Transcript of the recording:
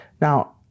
Now